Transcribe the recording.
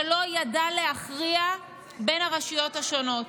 שלא ידע להכריע בין הרשויות השונות.